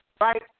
right